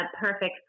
perfect